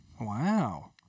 Wow